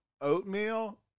Oatmeal